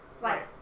Right